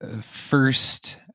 first